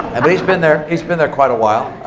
and but he's been there. he's been there quite a while.